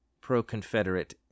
pro-Confederate